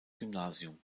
gymnasium